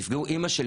נפגעו אימא שלי,